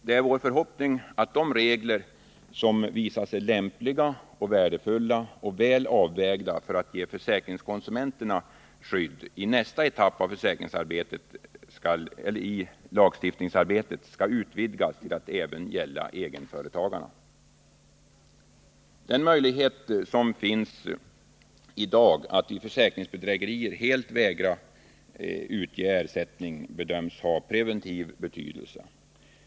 Det är vår förhoppning att de regler som visar sig lämpliga, värdefulla och väl avvägda för att ge försäkringskonsumenterna skydd, i nästa etapp av lagstiftningsarbetet skall utvidgas till att gälla även egenföretagarna. Den möjlighet som finns i dag att vid försäkringsbedrägeri helt vägra utge ersättning bedöms ha preventiv betydelse.